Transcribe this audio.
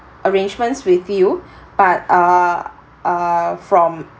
arrangements with you but uh from